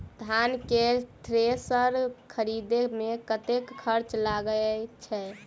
धान केँ थ्रेसर खरीदे मे कतेक खर्च लगय छैय?